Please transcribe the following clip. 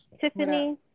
Tiffany